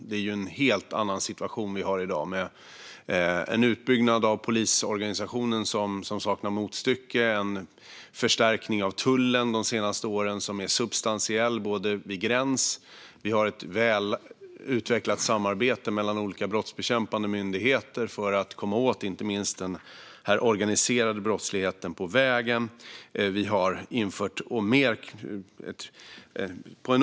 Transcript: Vi har en helt annan situation i dag, med en utbyggnad av polisorganisationen som saknar motstycke och en substantiell förstärkning av tullen vid gräns. Vi har vidare ett väl utvecklat samarbete mellan olika brottsbekämpande myndigheter för att komma åt inte minst den organiserade brottsligheten på vägarna.